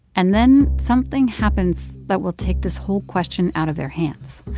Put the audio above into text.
and then something happens that we'll take this whole question out of their hands.